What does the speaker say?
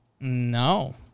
No